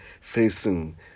facing